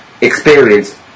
experience